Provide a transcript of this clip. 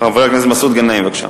חבר הכנסת מסעוד גנאים, בבקשה.